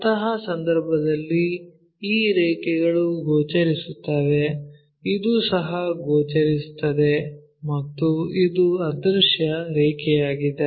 ಅಂತಹ ಸಂದರ್ಭದಲ್ಲಿ ಈ ರೇಖೆಗಳು ಗೋಚರಿಸುತ್ತವೆ ಇದು ಸಹ ಗೋಚರಿಸುತ್ತದೆ ಮತ್ತು ಇದು ಅದೃಶ್ಯ ರೇಖೆಯಾಗಿದೆ